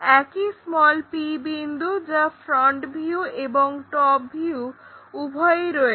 একই p বিন্দু যা ফ্রন্ট ভিউ এবং টপ ভিউ উভয়েই রয়েছে